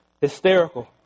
hysterical